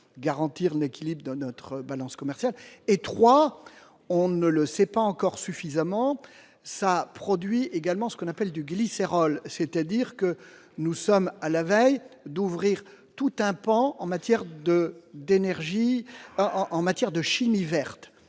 garantir une équilibre de notre balance commerciale et 3, on ne le sait pas encore suffisamment ça produit également ce qu'on appelle du glycérol, c'est-à-dire que nous sommes à la veille d'ouvrir toutes important en matière de d'énergie